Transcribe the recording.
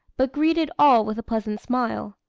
but greeted all with a pleasant smile.